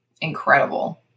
incredible